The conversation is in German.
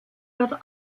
wird